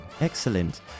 excellent